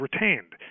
retained –